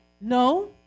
no